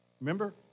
Remember